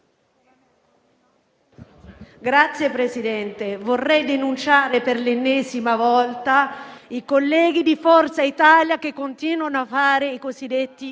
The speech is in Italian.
Signor Presidente, vorrei denunciare per l'ennesima volta i colleghi del Gruppo Forza Italia, che continuano a fare i cosiddetti